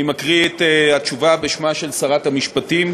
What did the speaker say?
אני מקריא את התשובה בשמה של שרת המשפטים,